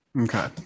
Okay